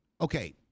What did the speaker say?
Okay